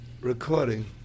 recording